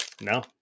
No